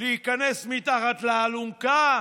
"להיכנס מתחת לאלונקה".